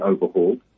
overhauled